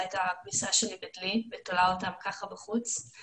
את הכביסה שלי בדלי ותולה אותה ככה בחוץ,